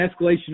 escalation